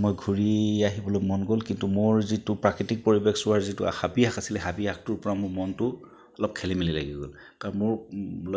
মই ঘূৰি আহিবলৈ মন গ'ল কিন্তু মোৰ যিটো প্ৰাকৃতিক পৰিৱেশ চোৱাৰ যিটো হাবিয়াস আছিল হাবিয়াসটোৰ পৰা মোৰ মনটো অলপ খেলিমেলি লাগি গ'ল কাৰণ মোৰ